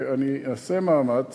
ואני אעשה מאמץ